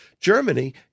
Germany